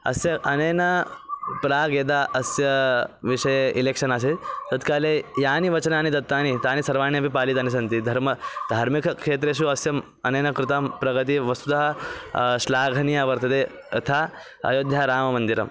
अस्य अनेन प्राग् यदा अस्य विषये एलेक्शन् आसीत् तत्काले यानि वचनानि दत्तानि तानि सर्वाणि अपि पालितानि सन्ति धर्मः धार्मिकक्षेत्रेषु अस्य अनेन कृतां प्रगतिः वस्तुतः श्लाघनीया वर्तते यथा अयोध्याराममन्दिरम्